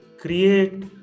Create